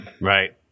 Right